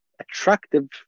attractive